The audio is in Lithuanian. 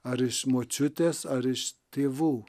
ar iš močiutės ar iš tėvų